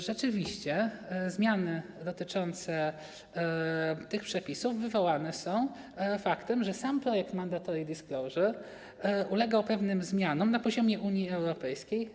Rzeczywiście zmiany dotyczące tych przepisów wywołane są faktem, że sam projekt Mandatory Disclosure ulegał pewnym zmianom na poziomie Unii Europejskiej.